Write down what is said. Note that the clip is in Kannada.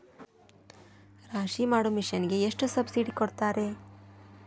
ರಾಶಿ ಮಾಡು ಮಿಷನ್ ಗೆ ಎಷ್ಟು ಸಬ್ಸಿಡಿ ಕೊಡ್ತಾರೆ?